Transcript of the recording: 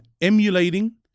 emulating